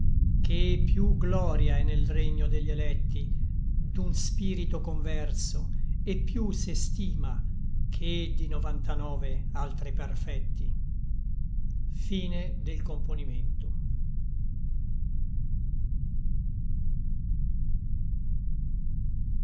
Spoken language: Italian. ché piú gloria è nel regno degli electi d'un spirito converso et più s'estima che di novantanove altri perfecti